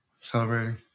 Celebrating